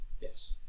Yes